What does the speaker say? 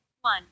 One